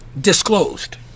Disclosed